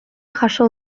jaso